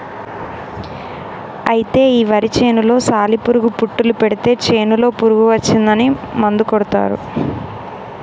అయితే ఈ వరి చేనులో సాలి పురుగు పుట్టులు పడితే చేనులో పురుగు వచ్చిందని మందు కొడతారు